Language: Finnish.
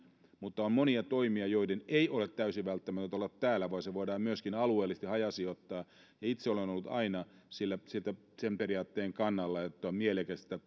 mutta on monia toimia joiden ei ole täysin välttämätöntä olla täällä vaan ne voidaan myöskin alueellisesti hajasijoittaa ja itse olen ollut aina sen periaatteen kannalla että on mielekästä